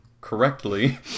correctly